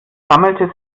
sammelte